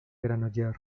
granollers